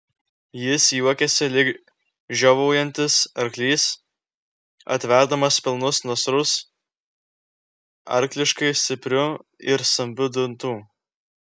jis juokėsi lyg žiovaujantis arklys atverdamas pilnus nasrus arkliškai stiprių ir stambių dantų